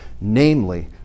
Namely